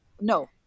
no